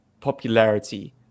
popularity